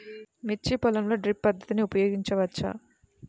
మిర్చి పొలంలో డ్రిప్ పద్ధతిని ఉపయోగించవచ్చా?